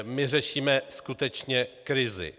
My řešíme skutečně krizi.